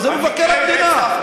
זה מבקר המדינה.